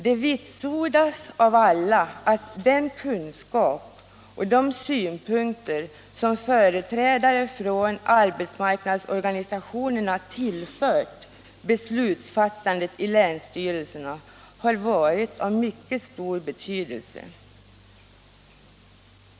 Det vitsordas av alla att den kunskap och de synpunkter som företrädare för arbetsmarknadsorganisationerna tillfört beslutsfattandet i länsstyrelserna har varit av mycket stor betydelse.